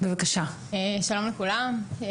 שלום לכולם,